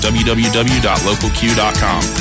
www.localq.com